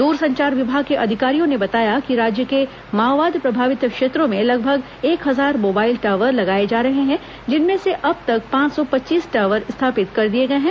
दूरसंचार विभाग के अधिकारियों ने बताया कि राज्य के माओवाद प्रभावित क्षेत्रों में लगभग एक हजार मोबाइल टॉवर लगाए जा रहे हैं जिनमें सें अब तक पांच सौ पच्चीस टॉवर स्थापित कर दिए गए हैं